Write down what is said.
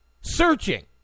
searching